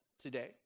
today